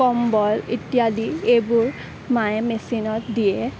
কম্বল ইত্যাদি এইবোৰ মায়ে মেচিনত দিয়ে